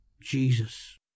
Jesus